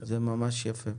זה ממש יפה.